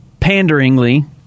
panderingly